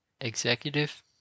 executive